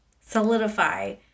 solidify